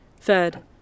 fed